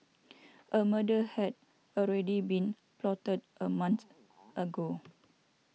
a murder had already been plotted a month ago